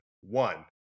One